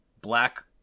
Black